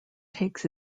takes